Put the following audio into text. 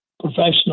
professional